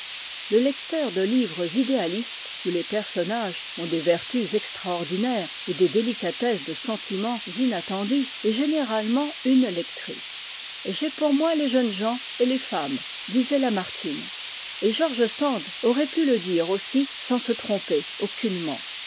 le lecteur de livres idéalistes où les personnages ont des vertus extraordinaires et des délicatesses de sentiments inattendues est généralement une lectrice j'ai pour moi les jeunes gens et les femmes disait lamartine et george sand aurait pu le dire aussi sans se tromper aucunement